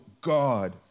God